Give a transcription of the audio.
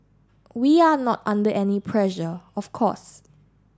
we are not under any pressure of course